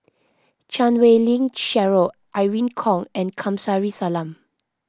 Chan Wei Ling Cheryl Irene Khong and Kamsari Salam